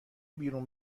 بیرون